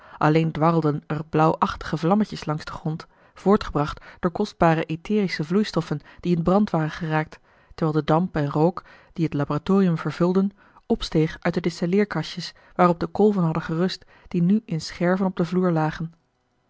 alleen dwarrelden er blauwachtige vlammetjes langs den grond voortgebracht door kostbare etherische vloeistoffen die in brand waren geraakt terwijl de damp en rook die het laboratorium vervulden opsteeg uit de distilleerkastjes waarop de kolven hadden gerust die nu in scherven op den vloer lagen